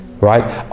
right